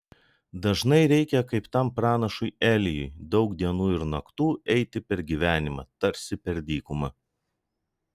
dažnai reikia kaip tam pranašui elijui daug dienų ir naktų eiti per gyvenimą tarsi per dykumą